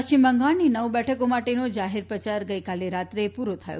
પશ્ચિમ બંગાળની નવ બેઠકો માટેનો જાહેર પ્રચાર ગઇકાલે રાતે પૂરો થયો